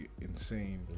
insane